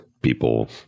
people